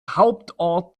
hauptort